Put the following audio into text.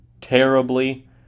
terribly